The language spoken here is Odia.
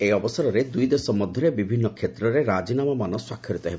ଏହି ଅବସରରେ ଦ୍ରଇ ଦେଶ ମଧ୍ୟରେ ବିଭିନ୍ନ କ୍ଷେତ୍ରରେ ରାଜିନାମାମାନ ସ୍ୱାକ୍ଷରିତ ହେବ